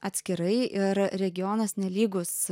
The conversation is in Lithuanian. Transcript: atskirai ir regionas nelygus